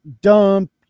dump